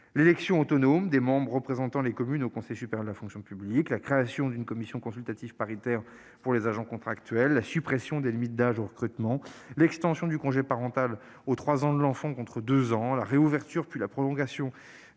l'élection autonome des membres représentant les communes au Conseil supérieur de la fonction publique ; la création d'une commission consultative paritaire pour les agents contractuels ; la suppression des limites d'âge au recrutement ; l'extension du congé parental aux trois ans de l'enfant, contre deux ans ; la réouverture, puis la prorogation